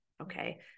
okay